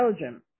Belgium